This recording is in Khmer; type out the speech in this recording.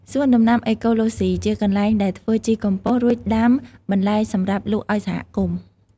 សួនដំណាំអេកូឡូហ្ស៊ី ជាកន្លែងដែលធ្វើជីកំប៉ុស រួចដាំបន្លែសម្រាប់លក់ឲ្យសហគមន៍។